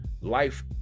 life